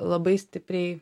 labai stipriai